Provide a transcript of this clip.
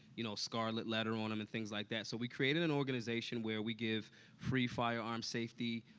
you know scarlet letter on them and things like that. so we created an organization where we give free firearm safety,